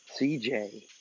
CJ